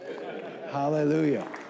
Hallelujah